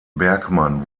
bergmann